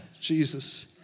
Jesus